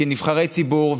כנבחרי ציבור,